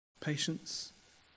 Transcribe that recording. Patience